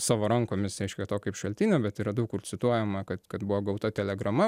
savo rankomis reiškia to kaip šaltinio bet yra daug kur cituojama kad kad buvo gauta telegrama